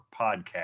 podcast